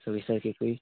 सवीस तारकेकूय